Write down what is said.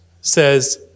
says